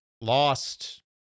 lost